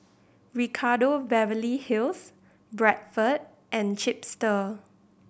Ricardo Beverly Hills Bradford and Chipster